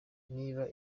niba